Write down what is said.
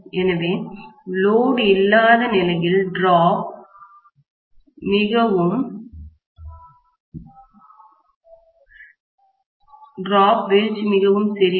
எனவே லோடு இல்லாத நிலையில் டிராப்வீழ்ச்சி மிகவும் சிறியது